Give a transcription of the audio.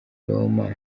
roma